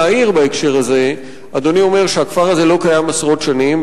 להעיר בהקשר הזה: אדוני אומר שהכפר הזה לא קיים עשרות שנים.